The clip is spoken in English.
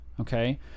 okay